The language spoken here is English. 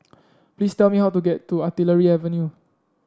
please tell me how to get to Artillery Avenue